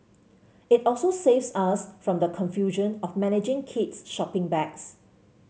it also saves us from the confusion of managing kids shopping bags